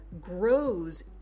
grows